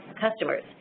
customers